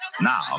Now